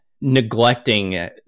neglecting